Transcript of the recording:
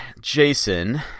Jason